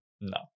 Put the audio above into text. no